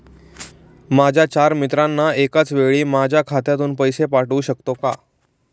माझ्या चार मित्रांना एकाचवेळी माझ्या खात्यातून पैसे पाठवू शकतो का?